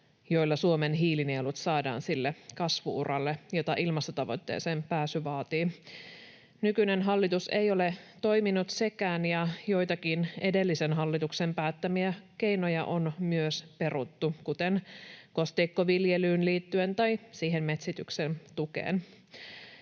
joilla Suomen hiilinielut saadaan sille kasvu-uralle, jota ilmastotavoitteeseen pääsy vaatii. Nykyinen hallitus ei ole toiminut sekään, ja joitakin edellisen hallituksen päättämiä keinoja on myös peruttu, kuten kosteikkoviljelyyn tai siihen metsityksen tukeen